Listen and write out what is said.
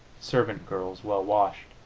servant girls well washed.